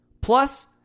Plus